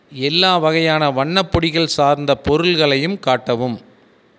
எல்லா வகையான வண்ணப் பொடிகள் சார்ந்த பொருள்களையும் காட்டவும்